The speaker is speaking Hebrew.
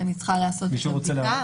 אני צריכה לעשות את הבדיקה.